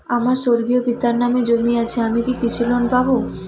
আমার স্বর্গীয় পিতার নামে জমি আছে আমি কি কৃষি লোন পাব?